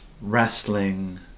wrestling